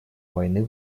войны